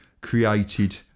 created